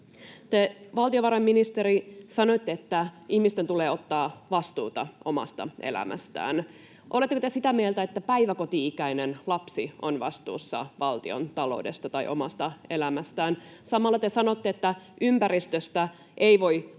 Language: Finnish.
Te, valtiovarainministeri, sanoitte, että ihmisten tulee ottaa vastuuta omasta elämästään. Oletteko te sitä mieltä, että päiväkoti-ikäinen lapsi on vastuussa valtiontaloudesta tai omasta elämästään? Samalla te sanotte, että ympäristöstä ei voi antaa